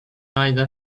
neither